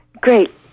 Great